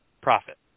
profit